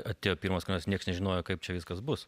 atėjo pirmas kartas nieks nežinojo kaip čia viskas bus